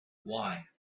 one